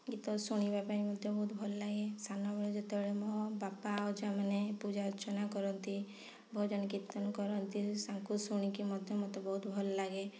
ଗୀତ ଶୁଣିବା ପାଇଁ ମୋତେ ବହୁତ ଭଲ ଲାଗେ ସାନ ବେଳେ ଯେତେବେଳେ ମୋ ବାପା ଅଜାମାନେ ପୂଜା ଅର୍ଚ୍ଚନା କରନ୍ତି ଭଜନ କୀର୍ତ୍ତନ କରନ୍ତି ତାଙ୍କୁ ଶୁଣି କି ମଧ୍ୟ ମୋତେ ବହୁତ ଭଲ ଲାଗେ